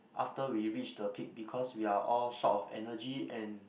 after we reach the peak because we are all short of energy and